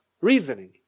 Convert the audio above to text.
reasoning